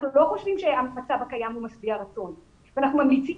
אנחנו לא חושבים שהמצב הקיים הוא משביע רצון ואנחנו ממליצים